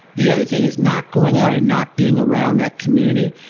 the other thing is, not going out and not being around that community,